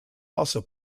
also